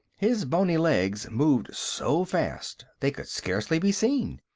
his boney legs moved so fast they could scarcely be seen,